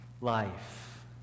life